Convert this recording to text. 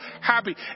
happy